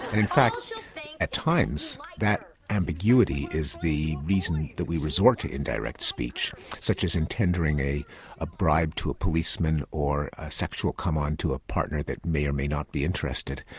in fact at times that ambiguity is the reason that we resort to indirect speech such as in tendering a a bribe to a policeman or a sexual come-on to a partner who may or may not be interested,